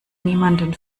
niemanden